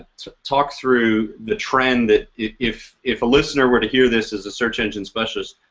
talk through the trend that if if a listener would hear this as search engine specialist,